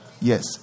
yes